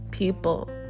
people